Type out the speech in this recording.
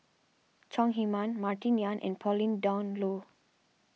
Chong Heman Martin Yan and Pauline Dawn Loh